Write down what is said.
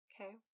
Okay